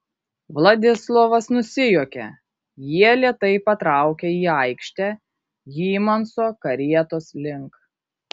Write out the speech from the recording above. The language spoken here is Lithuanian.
vladislovas nusijuokė jie lėtai patraukė į aikštę hymanso karietos link